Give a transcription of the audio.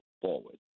forward